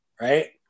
Right